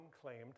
claimed